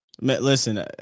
Listen